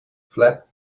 flap